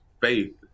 faith